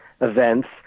events